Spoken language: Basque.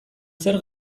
zer